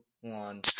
one